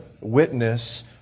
witness